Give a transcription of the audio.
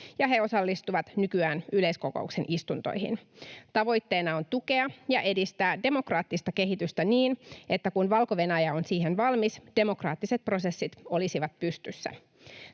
ja he osallistuvat nykyään yleiskokouksen istuntoihin. Tavoitteena on tukea ja edistää demokraattista kehitystä niin, että kun Valko-Venäjä on siihen valmis, demokraattiset prosessit olisivat pystyssä.